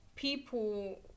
People